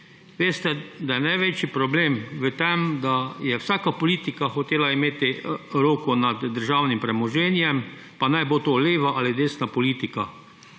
Veste, da je največji problem v tem, da je vsaka politika hotela imeti roko nad državnim premoženjem, pa naj bo to leva ali desna politika,